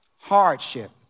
hardship